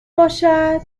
باشد